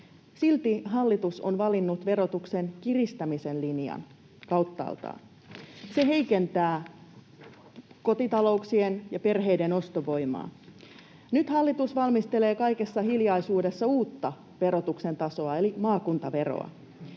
Silti hallitus on valinnut verotuksen kiristämisen linjan kauttaaltaan. Se heikentää kotitalouksien ja perheiden ostovoimaa. Nyt hallitus valmistelee kaikessa hiljaisuudessa uutta verotuksen tasoa eli maakuntaveroa.